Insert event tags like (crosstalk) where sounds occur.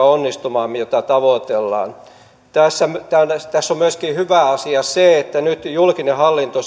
(unintelligible) onnistumaan sen tuottavuusloikan jota tavoitellaan tässä on hyvä asia myöskin se että nyt julkinen hallinto (unintelligible)